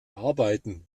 arbeiten